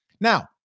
Now